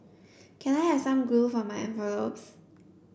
can I have some glue for my envelopes